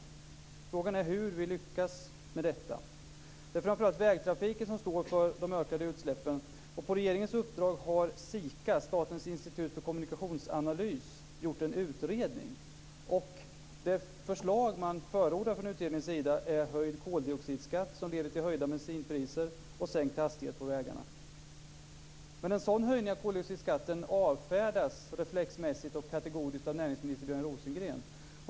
Frågan är hur vi lyckas med detta. Det är framför allt vägtrafiken som står för de ökade utsläppen. På regeringens uppdrag har SIKA, Statens institut för kommunikationsanalys, gjort en utredning. Det förslag man förordar från utredningen är en höjd koldioxidskatt, som leder till höjda bensinpriser, och sänkt hastighet på vägarna. En sådan höjning av koldioxidskatten avfärdas reflexmässigt och kategoriskt av näringsminister Björn Rosengren.